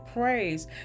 Praise